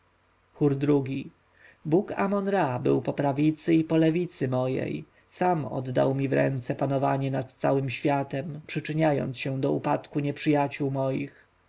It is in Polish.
bóg amon-ra był po prawicy i po lewicy mojej sam oddał mi w ręce panowanie nad całym światem przyczyniając się do upadku nieprzyjaciół moich